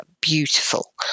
beautiful